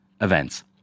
events